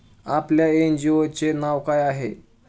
आपल्या एन.जी.ओ चे नाव काय आहे?